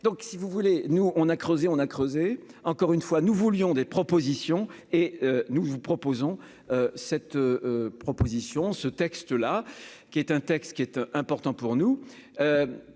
donc si vous voulez, nous on a creusé, on a creusé encore une fois, nous voulions des propositions et nous vous proposons cette proposition ce texte là qui est un texte qui est important pour nous,